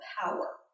power